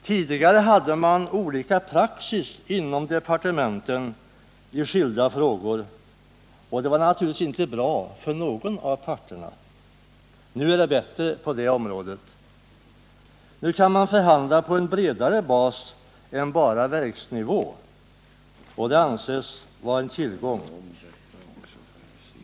Tidigare hade man olika praxis inom departementen i skilda frågor, och det var naturligtvis inte bra för någon av parterna. Nu är det bättre på det området. Nu kan man förhandla på en bredare bas än bara på verksnivå, och det anses vara en tillgång.